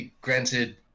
Granted